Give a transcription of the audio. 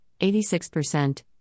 86%